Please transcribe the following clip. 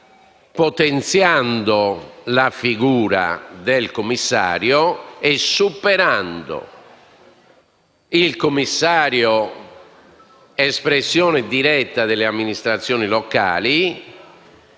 potenziando la figura del Commissario e superando la concezione del Commissario quale espressione diretta delle amministrazioni locali,